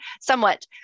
somewhat